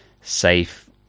safe